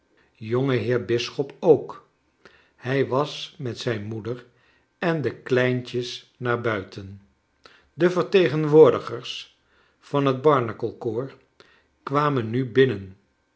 jongeheer bisschop ook hij was met zijn moeder en de kleintjes naar buiten de vertegenwoordigers van het barnacle koor kwamen nu binnen